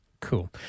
Cool